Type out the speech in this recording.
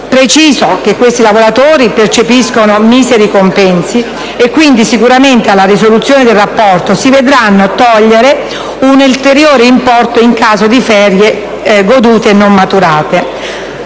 Preciso che questi lavoratori percepiscono miseri compensi e quindi, alla risoluzione del rapporto, si vedranno togliere un ulteriore importo in caso di ferie godute e non maturate.